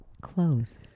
Close